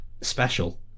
Special